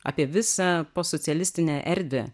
apie visą postsocialistinę erdvę